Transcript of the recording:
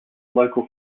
local